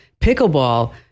Pickleball